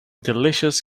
delicious